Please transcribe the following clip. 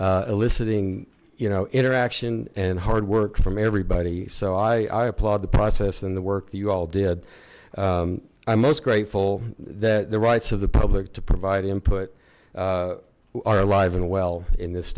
eliciting you know interaction and hard work from everybody so i applaud the process and the work that you all did i'm most grateful that the rights of the public to provide input who are alive and well in this